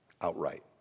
outright